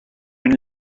une